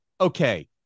okay